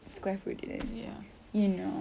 square foot it is you know